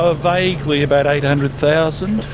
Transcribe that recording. ah vaguely about eight hundred thousand,